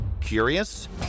Curious